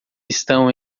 estão